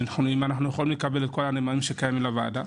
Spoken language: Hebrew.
אם אפשר לקבל את כל הנאמנים שקיימים לוועדה.